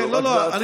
זו רק דעתי, אבל אני